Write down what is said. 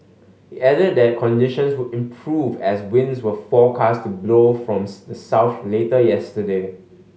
it added that conditions would improve as winds were forecast to blow from the south later yesterday